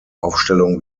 aufstellung